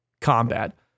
combat